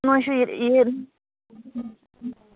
ꯅꯣꯏꯁꯤ